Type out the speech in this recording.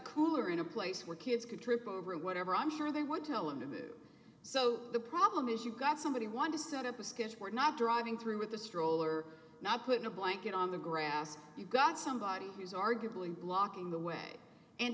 cooler in a place where kids could trip over whatever i'm sure they would tell him to do so the problem is you've got somebody want to set up a sketch we're not driving through with the stroller not put a blanket on the grass you've got somebody who's arguably blocking the way and